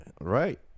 Right